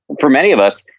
for many of us,